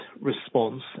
response